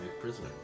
prisoner